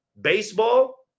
Baseball